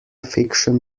fiction